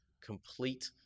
complete